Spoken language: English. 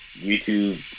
YouTube